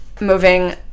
moving